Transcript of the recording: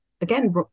again